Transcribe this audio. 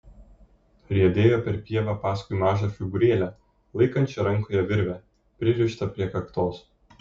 riedėjo per pievą paskui mažą figūrėlę laikančią rankoje virvę pririštą prie kaktos